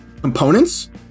components